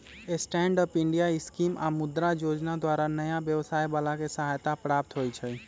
stand up India scheme आऽ मुद्रा जोजना द्वारा नयाँ व्यवसाय बला के सहायता प्राप्त होइ छइ